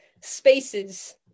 spaces